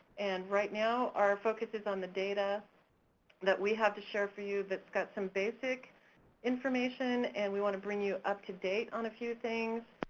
and right now our focus is on the data that we have to share for you that's got some basic information and we wanna bring you up-to-date on a few things,